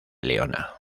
leona